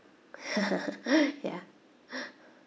ya